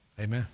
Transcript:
Amen